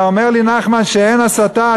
אתה אומר לי, נחמן, שאין הסתה.